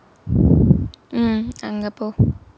mm அங்கே போ:angae po